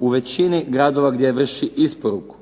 u većini gradova gdje vrši isporuku.